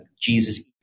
Jesus